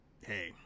Hey